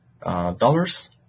dollars